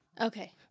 Okay